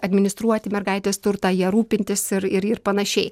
administruoti mergaitės turtą ja rūpintis ir ir panašiai